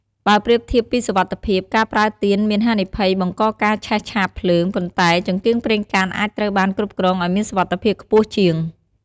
បើប្រៀបធៀបពីសុវត្ថិភាព ការប្រើទៀនមានហានិភ័យបង្កការឆេះឆាបភ្លើង ប៉ុន្តែចង្កៀងប្រេងកាតអាចត្រូវបានគ្រប់គ្រងឱ្យមានសុវត្ថិភាពខ្ពស់ជាង។